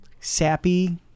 sappy